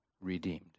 redeemed